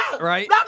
Right